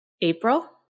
April